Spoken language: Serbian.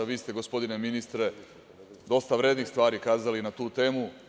Vi ste, gospodine ministre, dosta vrednih stvari kazali na tu temu.